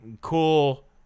cool